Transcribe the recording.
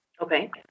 okay